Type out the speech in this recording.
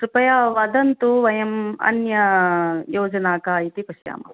कृपया वदन्तु वयम् अन्ययोजना का इति पश्यामः